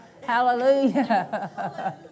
Hallelujah